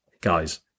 guys